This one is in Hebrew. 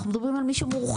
אנחנו מדברים על מי שמורחק,